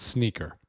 Sneaker